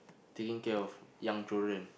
taking care of young children